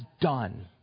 done